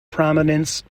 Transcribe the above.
prominence